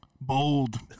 Bold